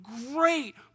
Great